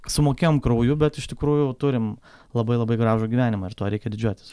sumokėjom krauju bet iš tikrųjų turim labai labai gražų gyvenimą ir tuo reikia didžiuotis